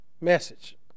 message